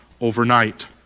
overnight